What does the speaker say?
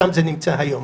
שם זה נמצא היום.